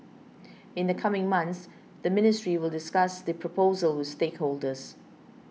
in the coming months the ministry will discuss the proposal with stakeholders